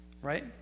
Right